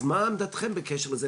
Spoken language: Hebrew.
אז מה עמדתכם בקשר לזה?